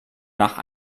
nach